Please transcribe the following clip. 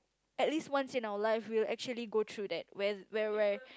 at least once in our life we will actually go through that when where where